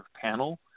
panel